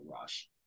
rush